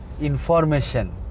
information